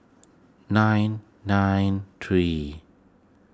nine nine three